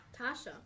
Tasha